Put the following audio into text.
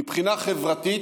מבחינה חברתית